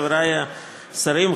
חברי השרים,